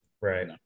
Right